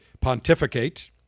pontificate